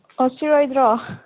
ꯑꯣ ꯁꯤꯔꯣꯏꯗ꯭ꯔꯣ